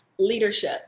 leadership